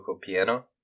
piano